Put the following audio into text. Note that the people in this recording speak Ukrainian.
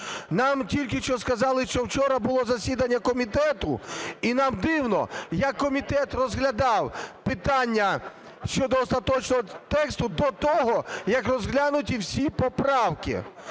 Нам тільки що сказали, що вчора було засідання комітету, і нам дивно, як комітет розглядав питання щодо остаточного тексту до того, як розглянуті всі поправки.